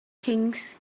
kings